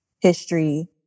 History